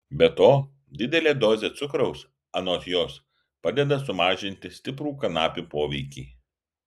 be to didelė dozė cukraus anot jos padeda sumažinti stiprų kanapių poveikį